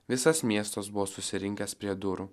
visas miestas buvo susirinkęs prie durų